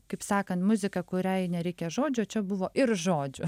kaip sakant muzika kuriai nereikia žodžių čia buvo ir žodžių